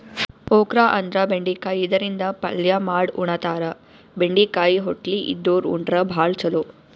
okra ಅಂದ್ರ ಬೆಂಡಿಕಾಯಿ ಇದರಿಂದ ಪಲ್ಯ ಮಾಡ್ ಉಣತಾರ, ಬೆಂಡಿಕಾಯಿ ಹೊಟ್ಲಿ ಇದ್ದೋರ್ ಉಂಡ್ರ ಭಾಳ್ ಛಲೋ